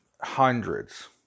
hundreds